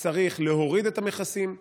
צריך להוריד את המכסים,